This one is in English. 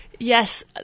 Yes